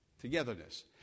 togetherness